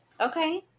Okay